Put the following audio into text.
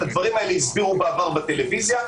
את הדברים האלה הסבירו בעבר בטלוויזיה,